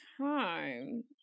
time